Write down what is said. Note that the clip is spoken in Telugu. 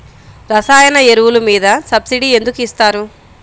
రసాయన ఎరువులు మీద సబ్సిడీ ఎందుకు ఇస్తారు?